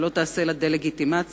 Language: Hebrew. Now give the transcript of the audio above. שלא תעשה לה דה-לגיטימציה,